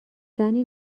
زنی